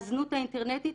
מהזנות האינטרנטית,